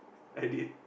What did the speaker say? i did